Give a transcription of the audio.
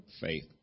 faith